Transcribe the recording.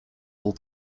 all